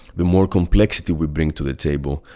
the more complexity we bring to the table,